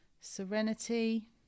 serenity